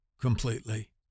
completely